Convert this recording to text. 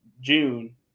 June